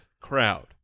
crowd